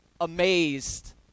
amazed